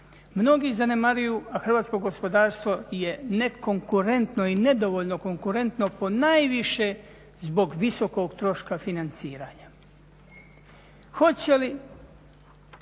Mnogi zanemaruju, a hrvatsko gospodarstvo je nekonkurentno i nedovoljno konkurentno ponajviše zbog visokog troška financiranja. Hoće li